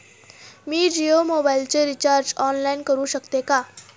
मी जियो मोबाइलचे recharge online करू शकते का?